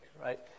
right